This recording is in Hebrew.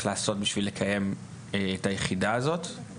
לעשות בשביל לקיים את היחידה הזאת.